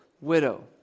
widow